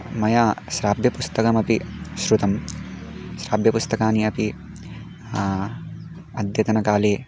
मया श्राव्यपुस्तकमपि श्रुतं श्राव्यपुस्तकानि अपि अद्यतनकाले